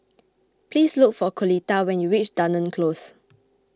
please look for Coletta when you reach Dunearn Close